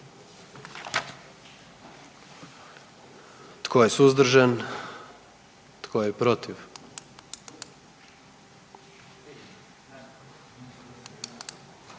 Tko je suzdržan? I tko je protiv?